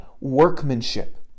workmanship